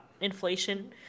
inflation